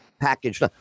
package